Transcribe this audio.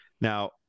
Now